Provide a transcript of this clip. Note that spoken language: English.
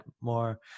more